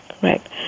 correct